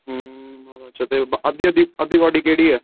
हू अच्छा ते अद्धी बाॅडी केहडी ऐ